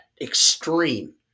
extreme